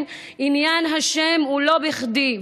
עניין השם הוא לא בכדי.